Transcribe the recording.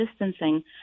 distancing